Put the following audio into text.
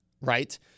right